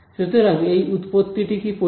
সুতরাং এই উৎপত্তিটি কি পরিষ্কার